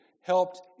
helped